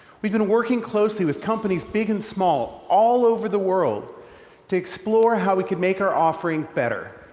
we've been working closely with companies big and small all over the world to explore how we could make our offering better.